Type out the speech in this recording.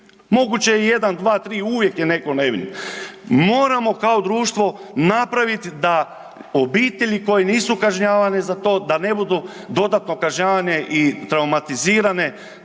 Moguće 1, 2, 3, uvijek je netko nevin. Moramo kao društvo napraviti da obitelji koje nisu kažnjavani za to, da ne budu dodatno kažnjavane i traumatizirane,